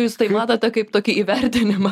jūs tai matote kaip tokį įvertinimą